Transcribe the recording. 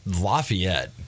Lafayette